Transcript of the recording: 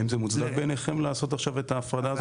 האם זה מוצדק בעיניכם לעשות את ההפרדה הזאת?